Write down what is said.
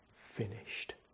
finished